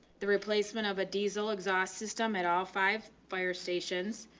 the replacement of a diesel exhaust system at all five fire stations.